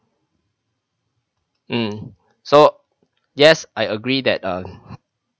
mm so yes I agree that um